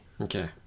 Okay